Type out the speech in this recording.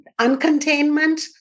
uncontainment